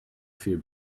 few